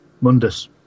Mundus